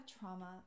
trauma